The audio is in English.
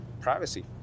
privacy